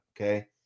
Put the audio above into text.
Okay